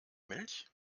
milch